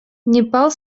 непал